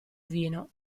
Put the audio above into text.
vino